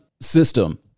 system